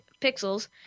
pixels